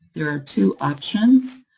there are two options,